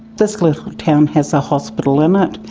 this little town has a hospital in it,